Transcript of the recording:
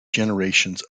generations